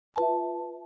oh